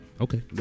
Okay